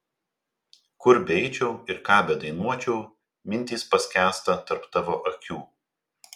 kur beeičiau ir ką bedainuočiau mintys paskęsta tarp tavo akių